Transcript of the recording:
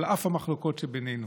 על אף המחלוקות שבינינו.